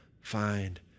find